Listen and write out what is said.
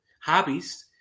hobbies